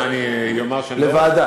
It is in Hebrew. מה, אני אומר שאני לא מסכים?